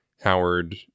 Howard